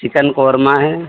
chicken korma ہے